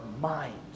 minds